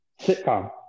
sitcom